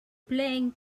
playing